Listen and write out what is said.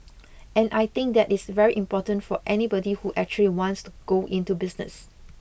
and I think that is very important for anybody who actually wants to go into business